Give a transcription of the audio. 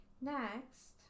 next